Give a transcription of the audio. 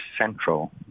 central